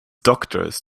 doctors